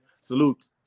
Salute